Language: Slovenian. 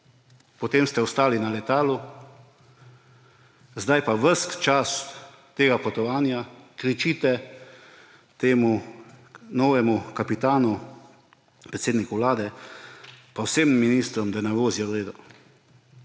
Potem ste ostali na letalu, sedaj pa ves čas tega potovanja kričite temu novemu kapitanu, predsedniku Vlade, pa vsem ministrom, da ne vozijo v redu.